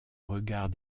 regard